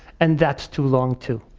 and that's too long too.